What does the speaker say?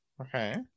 Okay